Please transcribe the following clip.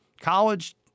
college